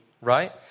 right